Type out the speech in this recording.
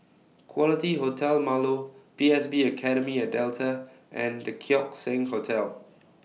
Quality Hotel Marlow P S B Academy At Delta and The Keong Saik Hotel